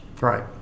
right